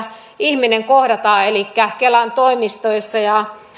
ihminen kohdataan elikkä kelan toimistoissa